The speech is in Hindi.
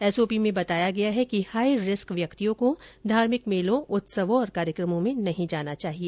एसओपी में बताया गया है कि हाई रिस्क व्यक्तियों को धार्मिक मेलों उत्सवों और कार्यक्रमों में नहीं जाना चाहिए